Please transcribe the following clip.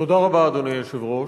תודה רבה, אדוני היושב-ראש.